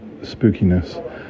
spookiness